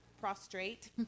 prostrate